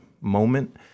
moment